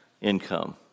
income